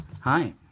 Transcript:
Hi